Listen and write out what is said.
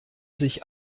sich